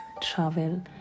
travel